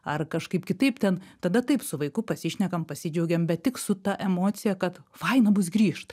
ar kažkaip kitaip ten tada taip su vaiku pasišnekam pasidžiaugiam bet tik su ta emocija kad faina bus grįžt